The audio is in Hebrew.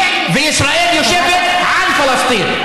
וישראל יושבת על פלסטין.